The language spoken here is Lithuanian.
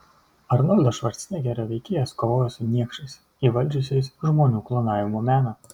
arnoldo švarcnegerio veikėjas kovoja su niekšais įvaldžiusiais žmonių klonavimo meną